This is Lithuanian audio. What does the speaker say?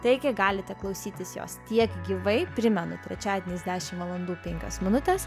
taigi galite klausytis jos tiek gyvai primenu trečiadieniais dešimt valandų penkios minutės